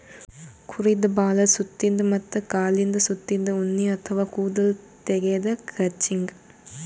ಕುರಿದ್ ಬಾಲದ್ ಸುತ್ತಿನ್ದ ಮತ್ತ್ ಕಾಲಿಂದ್ ಸುತ್ತಿನ್ದ ಉಣ್ಣಿ ಅಥವಾ ಕೂದಲ್ ತೆಗ್ಯದೆ ಕ್ರಚಿಂಗ್